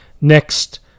next